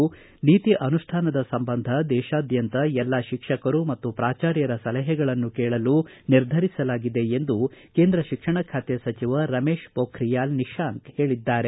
ಹಾಗಾಗಿ ನೀತಿ ಅನುಷ್ಠಾನದ ಸಂಬಂಧ ದೇಶಾದ್ಯಂತ ಎಲ್ಲ ಶಿಕ್ಷಕರು ಮತ್ತು ಪ್ರಾಂಶುಪಾಲರ ಸಲಹೆಗಳನ್ನು ಕೇಳಲು ನಿರ್ಧರಿಸಲಾಗಿದೆ ಎಂದು ಕೇಂದ್ರ ಶಿಕ್ಷಣ ಖಾತೆ ಸಚಿವ ರಮೇಶ್ ಪೊಖ್ರೀಯಾಲ್ ನಿಶಂಕ್ ಹೇಳಿದ್ದಾರೆ